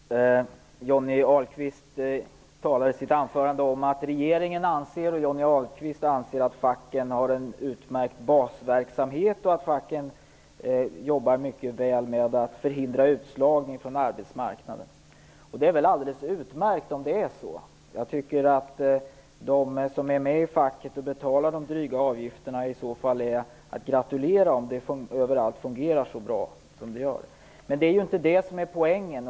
Herr talman! Johnny Ahlqvist talade i sitt anförande om att han och regeringen anser att facken har en utmärkt basverksamhet och att facken arbetar mycket väl med att förhindra utslagning från arbetsmarknaden. Det är väl alldeles utmärkt om det är så. Jag tycker att de som är med i facket och betalar de dryga avgifterna för detta är att gratulera, om det överallt fungerade så bra. Men det är inte det som är poängen.